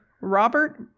Robert